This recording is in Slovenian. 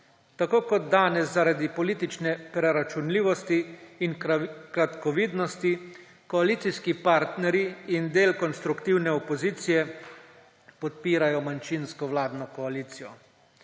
Tako kot danes zaradi politične preračunljivosti in kratkovidnosti koalicijski partnerji in del konstruktivne opozicije podpirajo manjšinsko vladno koalicijo.